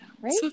Right